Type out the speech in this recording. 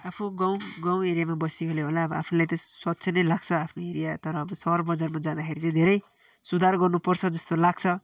आफू गाउँ गाउँ एरियामा बसेकोले होला आफूलाई त स्वच्छ नै लाग्छ आफ्नो एरिया तर अब सहर बजारमा जाँदाखेरि चाहिँ धेरै सुधार गर्नु पर्छ जस्तो लाग्छ